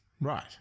Right